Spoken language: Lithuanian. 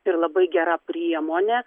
ir labai gera priemonė